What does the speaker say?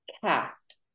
cast